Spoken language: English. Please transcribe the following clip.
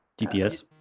dps